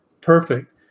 perfect